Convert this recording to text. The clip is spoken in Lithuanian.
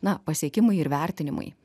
na pasiekimai ir vertinimai